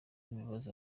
imbabazi